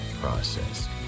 process